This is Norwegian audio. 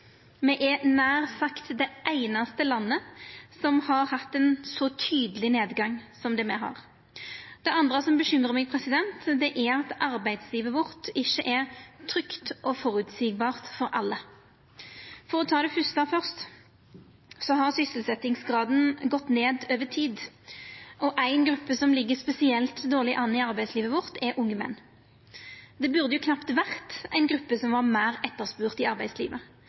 Me er nær sagt det einaste landet som har hatt ein så tydeleg nedgang. Det andre som bekymrar meg, er at arbeidslivet vårt ikkje er trygt og føreseieleg for alle. For å ta det fyrste fyrst så har sysselsetjingsgraden gått ned over tid. Og ei gruppe som ligg spesielt dårleg an i arbeidslivet vårt, er unge menn. Det burde knapt ha vore ei gruppe som var meir etterspurd i arbeidslivet.